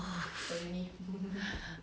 orh